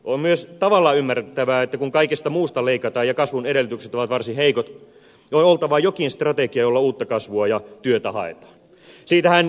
on myös tavallaan ymmärrettävää että kun kaikesta muusta leikataan ja kasvun edellytykset ovat varsin heikot on oltava jokin strategia jolla uutta kasvua ja työtä haetaan